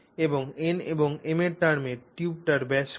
এবং n এবং m এর টার্মে টিউবটির ব্যাস কত